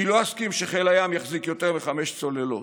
כי לא אסכים שחיל הים יחזיק יותר מחמש צוללות.